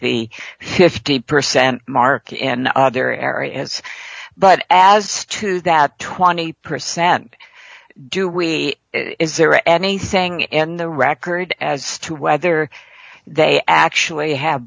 the fifty percent mark in other areas but as to that twenty percent do we is there anything in the record as to whether they actually have